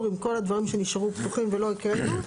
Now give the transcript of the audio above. עם כל הדברים שנשארו פתוחים ולא הקראנו.